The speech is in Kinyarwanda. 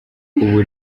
ubu